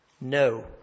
No